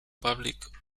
public